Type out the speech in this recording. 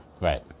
right